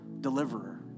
deliverer